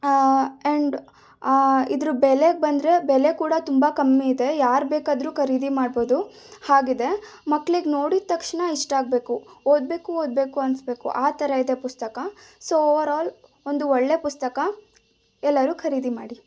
and ಇದರ ಬೆಲೆಗೆ ಬಂದರೆ ಬೆಲೆ ಕೂಡ ತುಂಬ ಕಮ್ಮಿಇದೆ ಯಾರು ಬೇಕಾದರೂ ಖರೀದಿ ಮಾಡ್ಬೋದು ಹಾಗಿದೆ ಮಕ್ಕಳಿಗೆ ನೋಡಿದ ತಕ್ಷಣ ಇಷ್ಟ ಆಗಬೇಕು ಓದಬೇಕು ಓದಬೇಕು ಅನ್ಸ್ಬೇಕು ಆ ಥರ ಇದೆ ಪುಸ್ತಕ ಸೊ ಓವರಾಲ್ ಒಂದು ಒಳ್ಳೆಯ ಪುಸ್ತಕ ಎಲ್ಲರೂ ಖರೀದಿ ಮಾಡಿ